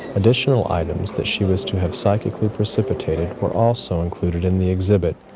additional items that she was to have psychically precipitated were also included in the exhibit,